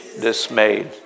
dismayed